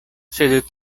sed